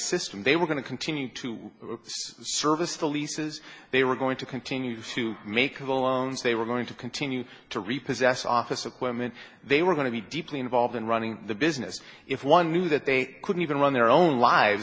they were going to continue to service the leases they were going to continue to make of the loans they were going to continue to repossess office equipment they were going to be deeply involved in running the business if one knew that they couldn't even run their own lives